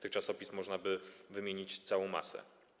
Tych czasopism można by wymienić całą masę.